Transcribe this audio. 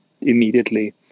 immediately